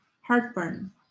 heartburn